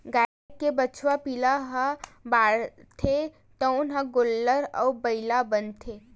गाय के बछवा पिला ह बाढ़थे तउने ह गोल्लर अउ बइला बनथे